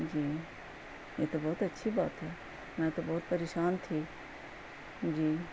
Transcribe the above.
جی یہ تو بہت اچھی بات ہے میں تو بہت پریشان تھی جی